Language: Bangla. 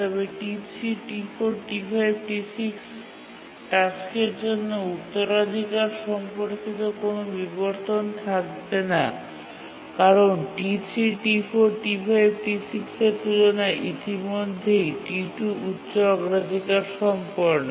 তবে T3 T4 T5 T6 টাস্কের জন্য উত্তরাধিকার সম্পর্কিত কোনও বিবর্তন থাকবে না কারণ T3 T4 T5 T6 এর তুলনায় ইতিমধ্যেই T2 উচ্চ অগ্রাধিকার সম্পন্ন